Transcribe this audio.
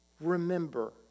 remember